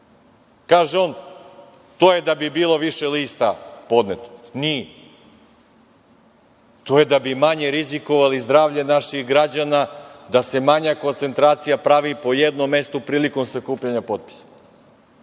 kaže – to je da bi bilo više lista podneto. Nije. To je da bi manje rizikovali zdravlje naših građana, da se manja koncentracija pravi po jednom mestu prilikom sakupljanja potpisa,